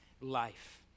life